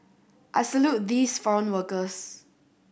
I salute these foreign workers